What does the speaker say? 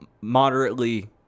moderately